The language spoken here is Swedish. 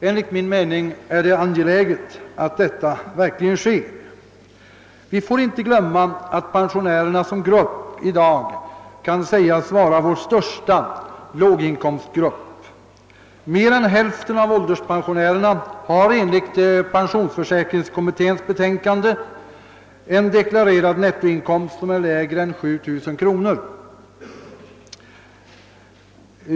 Enligt min mening är det angeläget att detta sker. Vi får inte glömma att pensionärerna som grupp i dag kan sägas vara vår största låginkomstgrupp. Mer än hälften av ålderspensionärerna har enligt pensionsförsäkringskommitténs betänkande en deklarerad nettoinkomst som är lägre än 7 000 kronor.